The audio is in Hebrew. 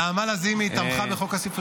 נעמה לזימי תמכה בחוק הספריות.